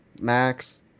Max